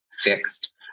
fixed